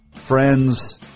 friends